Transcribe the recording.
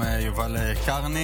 מברוכ, אדוני יושב-ראש הוועדה.